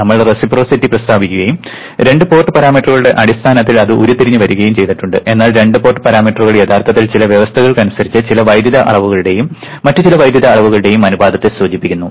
നമ്മൾ റെസിപ്രൊസിറ്റി പ്രസ്താവിക്കുകയും രണ്ട് പോർട്ട് പാരാമീറ്ററുകളുടെ അടിസ്ഥാനത്തിൽ അത് ഉരുത്തിരിഞ്ഞു വരികയും ചെയ്തിട്ടുണ്ട് എന്നാൽ രണ്ട് പോർട്ട് പാരാമീറ്ററുകൾ യഥാർത്ഥത്തിൽ ചില വ്യവസ്ഥകൾക്കനുസരിച്ച് ചില വൈദ്യുത അളവുകളുടെയും മറ്റ് ചില വൈദ്യുത അളവുകളുടെയും അനുപാതത്തെ സൂചിപ്പിക്കുന്നു